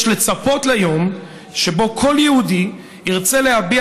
יש לצפות ליום שבו כל יהודי ירצה להביע